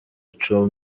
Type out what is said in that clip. ico